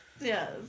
Yes